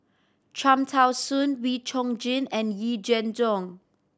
Cham Tao Soon Wee Chong Jin and Yee Jenn